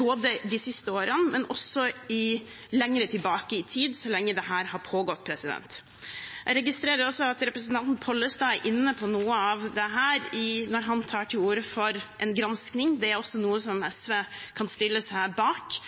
både de siste årene og lenger tilbake i tid – så lenge dette har pågått. Jeg registrerer at representanten Pollestad er inne på noe av dette når han tar til orde for en gransking. Det er også noe SV kan stille seg bak.